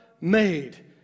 made